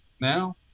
now